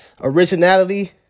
originality